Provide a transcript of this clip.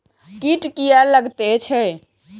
कीट किये लगैत छै?